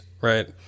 right